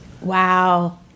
Wow